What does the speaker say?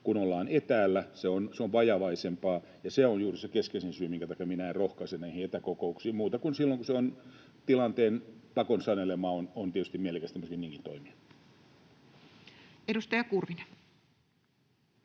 kun ollaan etäällä, se on vajavaisempaa, ja se on juuri se keskeisin syy, minkä takia minä en rohkaise näihin etäkokouksiin muuta kuin silloin, kun tilanteen, pakon sanelemana on tietysti mielekästä myöskin niinkin toimia. Edustaja Kurvinen.